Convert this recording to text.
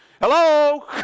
Hello